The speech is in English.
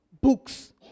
books